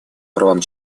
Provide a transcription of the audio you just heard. правам